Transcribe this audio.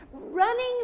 running